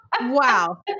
wow